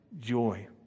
joy